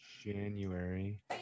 January